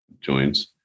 joints